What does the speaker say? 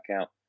out